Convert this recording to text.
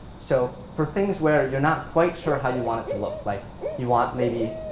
so for things where you're not quite sure how you want it to look, like you want maybe